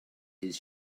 his